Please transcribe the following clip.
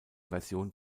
version